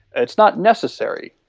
it's not necessary.